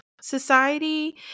society